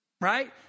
Right